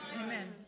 Amen